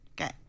Okay